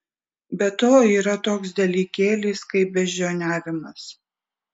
be to yra toks dalykėlis kaip beždžioniavimas